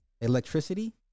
Electricity